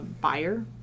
buyer